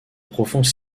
profonds